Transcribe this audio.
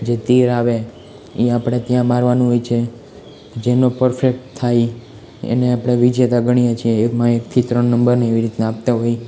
જે તીર આવે એ આપણે ત્યાં મારવાનું હોય છે જેનો પરફેક્ટ થાય એને આપણે વિજેતા ગણીએ છીએ એકમાં એકથી ત્રણ નંબરની એવી રીતના આપતા હોય